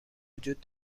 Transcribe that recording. وجود